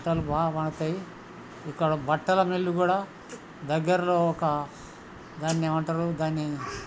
పంటలు బాగా పండుతాయి ఇక్కడ బట్టల మిల్లు కూడా దగ్గరలో ఒక దాన్ని ఏమంటారు దాన్ని